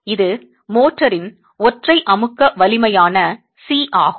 இது மோர்டாரின் ஒற்றை அமுக்கி வலிமையான C ஆகும்